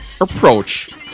approach